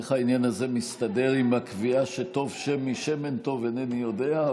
איך העניין הזה מסתדר עם הקביעה שטוב שם משמן טוב אינני יודע,